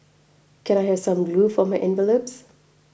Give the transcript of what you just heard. can I have some glue for my envelopes